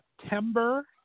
September